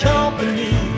Company